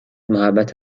محبت